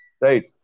Right